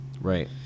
Right